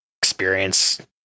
experience